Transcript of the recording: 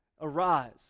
arise